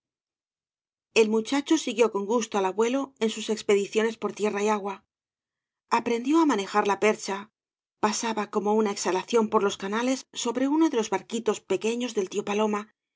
el muchacho siguió con gusto al abuelo en sus expediciones por tierra y agua aprendió á manejar la percha pasaba como una exhalación por los canales sobre uno de loa barquitos pequeños cañas y barro del tío paloma